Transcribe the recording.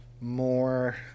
more